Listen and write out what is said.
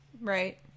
right